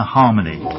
harmony